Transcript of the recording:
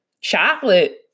chocolate